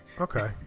Okay